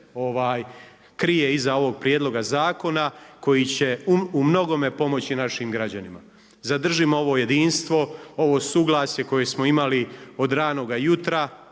krije iza ovoga prijedloga zakona koji će u mnogome pomoći našim građanima. Zadržimo ovo jedinstvo, ovo suglasje koje smo imali od ranoga jutra,